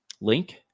Link